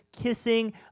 kissing